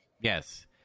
Yes